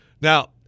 Now